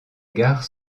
gare